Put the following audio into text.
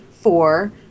four